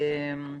פרופ'